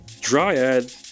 dryad